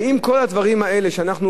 האם כל הדברים האלה, שאנחנו